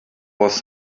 was